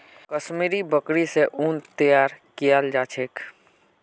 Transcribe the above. कश्मीरी बकरि स उन तैयार कियाल जा छेक